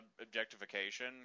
objectification